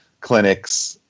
clinics